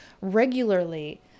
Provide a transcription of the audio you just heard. regularly